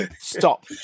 Stop